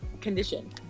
condition